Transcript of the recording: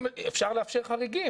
אפשר לאפשר חריגים,